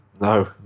No